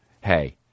Hey